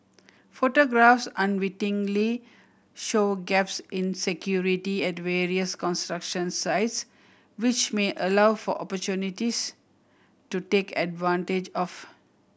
photographs unwittingly show gaps in security at various construction sites which may allow for opportunists to take advantage of